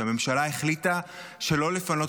שהממשלה החליטה שלא לפנות,